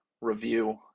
review